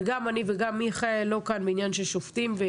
אני ומיכאל לא כאן בעניין של לבוא כשופטים.